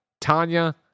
Tanya